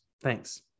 Thanks